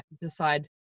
decide